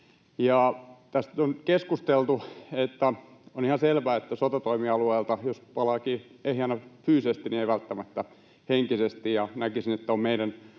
nyt on keskusteltu, että on ihan selvä, että jos sotatoimialueelta palaakin ehjänä fyysisesti, niin ei välttämättä henkisesti. Näkisin, että myös meillä